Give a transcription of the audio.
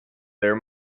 there